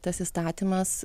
tas įstatymas